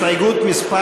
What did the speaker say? הסתייגות מס'